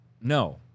No